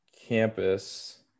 Campus